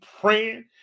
praying